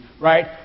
right